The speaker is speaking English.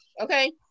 okay